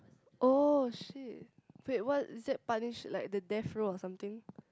oh shit wait what is that punish like the death row or something